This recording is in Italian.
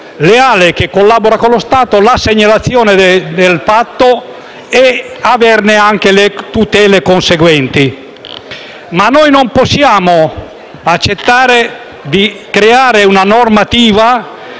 leale, che collabora con lo Stato, la segnalazione del fatto e le tutele conseguenti. Non possiamo accettare di creare una normativa